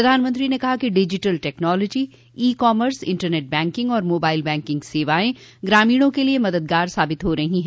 प्रधानमंत्री ने कहा कि digital technology e commerce internet banking और मोबाइल बैंकिंग सेवाएं ग्रामीणों के लिए मददगार साबित हो रही हैं